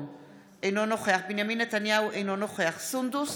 אינו נוכח בצלאל סמוטריץ' אינו נוכח אוסאמה סעדי,